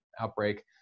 outbreak